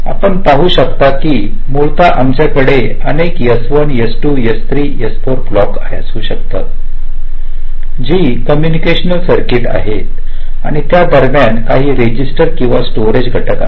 आपण पाहू शकता की मूलत आमच्याकडे अनेक S1 S2 S3 S4 block असू शकतात जी कॉम्बिनेशनल सर्किटआहेत आणि त्या दरम्यान काही रजिस्टर किंवा स्टोरेज घटक आहेत